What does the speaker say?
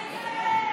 קטי,